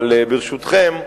אבל, ברשותכם,